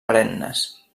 perennes